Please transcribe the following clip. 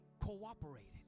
cooperated